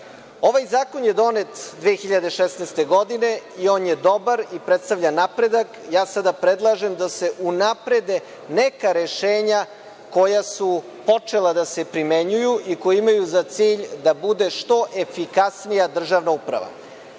zakon je donet 2016. godine i on je dobar i predstavlja napredak, a ja sada predlažem da se unaprede neka rešenja koja su počela da se primenjuju i koja imaju za cilj da bude što efikasnija državna uprava. Nema